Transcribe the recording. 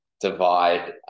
divide